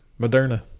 Moderna